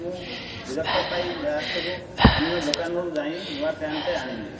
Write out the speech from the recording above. ମୁଁ ବିରକ୍ତ ପାଇ ଲାଷ୍ଟ୍କୁ ଅନ୍ୟ ଦୋକାନରୁ ଯାଇଁ ନୂଆ ଫ୍ୟାନ୍ ଟେ ଆଣିଲି